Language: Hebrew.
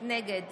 נגד